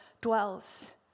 dwells